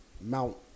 Mount